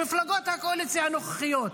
למפלגות הקואליציה הנוכחיות.